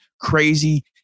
crazy